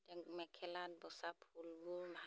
মেখেলাত বচা ফুলবোৰ মাছ